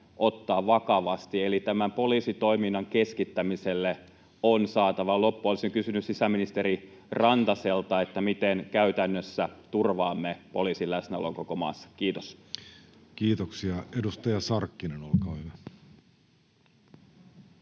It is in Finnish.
ottaa vakavasti, eli tämän poliisitoiminnan keskittämiselle on saatava loppu. Olisin kysynyt sisäministeri Rantaselta: miten käytännössä turvaamme poliisin läsnäolon koko maassa? — Kiitos. Kiitoksia. — Edustaja Sarkkinen, olkaa hyvä.